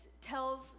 tells